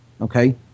Okay